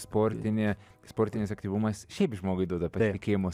sportinė sportinis aktyvumas šiaip žmogui duoda pasitikėjimo